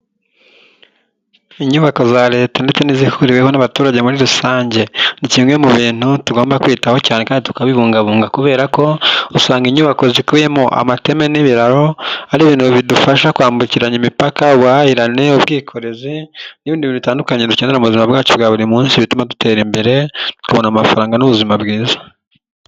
Inyubako za Leta ndetse n'izihuriweho n'abaturage muri rusange ni kimwe mu bintu tugomba kwitaho cyane kandi tukabibungabunga kubera ko usanga inyubako zikubiyemo amateme n'ibiraro ari ibintu bidufasha kwambukiranya imipaka, ubuhahirane, ubwikorezi n'ibindi bintu bitandukanye dukenera mu buzima bwacu bwa buri munsi, bituma dutera imbere tukabona amafaranga n'ubuzima bwiza.